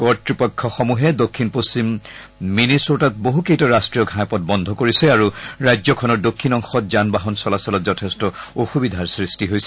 কৰ্তৃপক্ষসমূহে দক্ষিণ পশ্চিম মিনিচোটাত বহুকেইটা ৰাষ্ট্ৰীয় ঘাইপথ বন্ধ কৰিছে আৰু ৰাজ্যখনৰ দক্ষিণ অংশত যান বাহন চলাচলত যথেষ্ট অসুবিধাৰ সৃষ্টি হৈছে